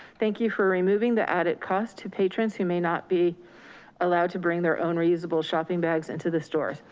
thank you for removing the added cost to patrons who may not be allowed to bring their own reusable shopping bags into the store.